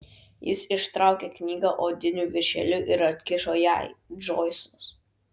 jis ištraukė knygą odiniu viršeliu ir atkišo jai džoisas